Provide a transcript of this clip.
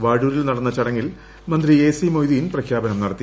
വാഴൂരിൽ നടന്ന ചടങ്ങിൽ മന്ത്രി എ സി മൊയ്തീൻ പ്രഖ്യാപനം നടത്തി